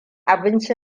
abinci